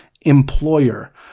employer